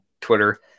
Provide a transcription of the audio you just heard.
Twitter